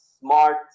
SMART